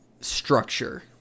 structure